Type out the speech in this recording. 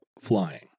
flying